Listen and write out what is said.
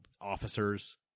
officers